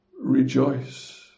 rejoice